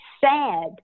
sad